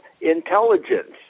intelligence